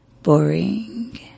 Boring